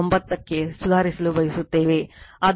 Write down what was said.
9 ಕ್ಕೆ ಸುಧಾರಿಸಲು ಬಯಸುತ್ತೇವೆ ಆದ್ದರಿಂದ ಹೊಸ 25